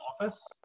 office